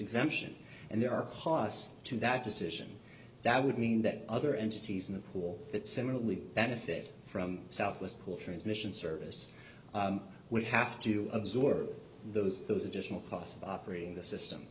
exemption and there are costs to that decision that would mean that other entities in the pool that similarly benefit from southwest pool transmission service would have to absorb those those additional costs of operating the system